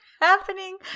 happening